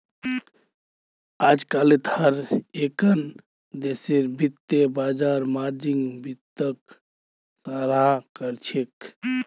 अजकालित हर एकखन देशेर वित्तीय बाजार मार्जिन वित्तक सराहा कर छेक